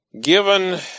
Given